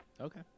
Okay